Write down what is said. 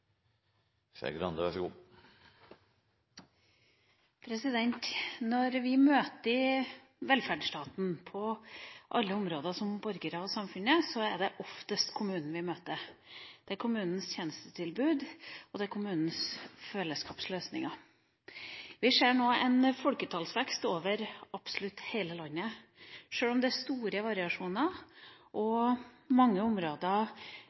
på alle områder som borgere av samfunnet som oftest kommunen vi møter – kommunens tjenestetilbud og kommunens fellesskapsløsninger. Vi ser nå en folketallsvekst over absolutt hele landet, sjøl om det er store variasjoner, og mange områder